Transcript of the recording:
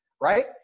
Right